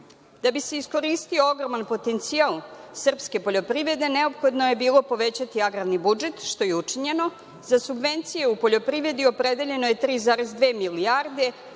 Da bi se iskoristio ogroman potencijal srpske poljoprivrede, neophodno je bilo povećati agrarni budžet, što je i učinjeno. Za subvencije u poljoprivredi opredeljeno je 3,2 milijarde,